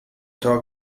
talk